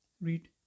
read